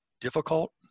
difficult